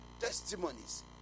testimonies